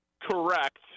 correct